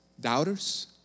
doubters